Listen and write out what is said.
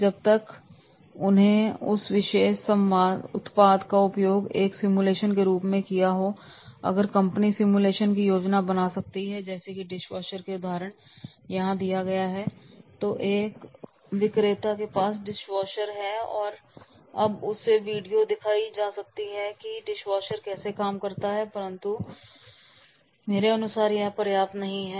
जब तक उन्होंने उस विशेष उत्पाद का उपयोग एक सिमुलेशन के रूप में किया हो अगर कंपनी सिमुलेशन की योजना बना सकती है जैसे कि डिशवॉशर के उदाहरण यहां दिया गया है तो एक विक्रेता के पास डिशवॉशर है अब उसे वीडियो दिखाया जा सकता है कि यह डिशवॉशर कैसे काम कर रहा है परंतु मेरे अनुसार यह पर्याप्त नहीं है